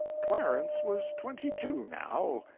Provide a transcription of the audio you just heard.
clarence was twenty-two now,